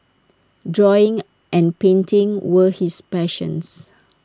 drawing and painting were his passions